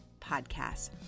podcast